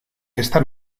esta